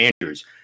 Andrews